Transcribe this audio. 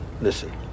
Listen